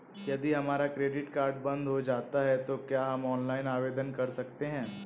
यदि हमारा credit card बंद हो जाता है तो क्या हम ऑनलाइन आवेदन कर सकते हैं?